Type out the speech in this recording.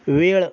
वेळ